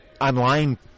online